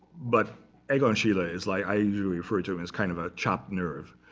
but egon schiele is like i usually refer to him as kind of a chopped nerve.